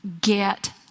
get